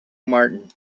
martin